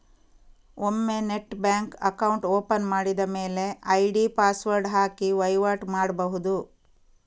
ಒಮ್ಮೆ net bank account open ಮಾಡಿದ ಮೇಲೆ ಐಡಿ ಪಾಸ್ವರ್ಡ್ ಹಾಕಿ ವೈವಾಟು ಮಾಡ್ಬಹುದು